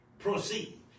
Proceed